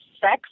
sex